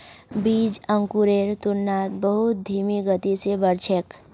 बीज अंकुरेर तुलनात बहुत धीमी गति स बढ़ छेक